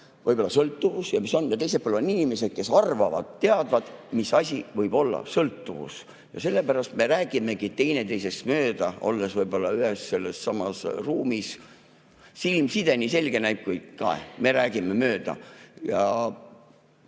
võib-olla sõltuvus, ja teisel pool on inimesed, kes arvavad teadvat, mis asi võib olla sõltuvus. Sellepärast me räägimegi teineteisest mööda, olles võib-olla ühes ja samas ruumis, silmside selge, aga me räägime mööda. Ja